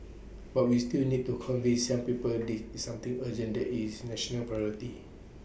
but we still need to convince some people they is something urgent that is national priority